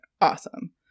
awesome